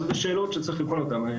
אלה שאלות שצריך לבחון אותן.